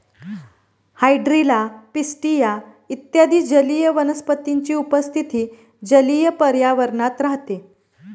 hydrilla, pistia इत्यादी जलीय वनस्पतींची उपस्थिती जलीय पर्यावरणात राहते